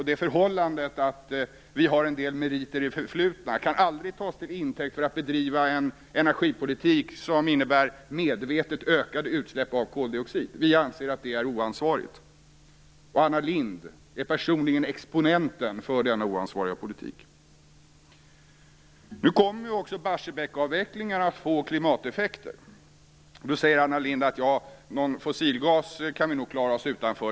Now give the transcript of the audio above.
Det förhållandet att vi har en del meriter i det förflutna kan aldrig tas till intäkt för att bedriva en energipolitik som innebär medvetet ökade utsläpp av koldioxid. Vi anser att det är oansvarigt. Anna Lindh är personligen exponenten för denna oansvariga politik. Nu kommer också Barsebäckavvecklingen att få klimateffekter. Då säger Anna Lindh att vi nog kan klara oss utan någon fossilgas.